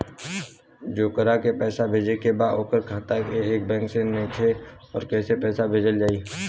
जेकरा के पैसा भेजे के बा ओकर खाता ए बैंक मे नईखे और कैसे पैसा भेजल जायी?